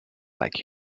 like